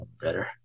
Better